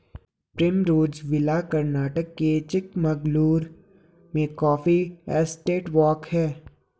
Primrose villa Karnataka के चिकमगलूर में coffee estate walk हैं